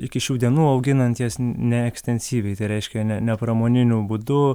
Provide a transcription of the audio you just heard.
iki šių dienų auginant jas ne ekstensyviai tai reiškia ne nepramoniniu būdu